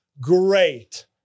great